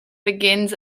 begins